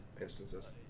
instances